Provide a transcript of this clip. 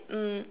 mm